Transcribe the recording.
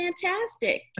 fantastic